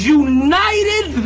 united